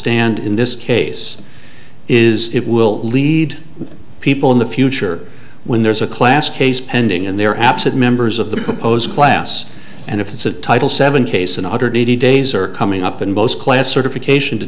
stand in this case is it will lead people in the future when there's a class case pending in their absent members of the proposed class and if it's a title seven case and a hundred eighty days are coming up and most class certification